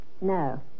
No